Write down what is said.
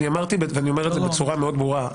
אמרתי ואני אומר בצורה מאוד ברורה,